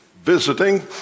visiting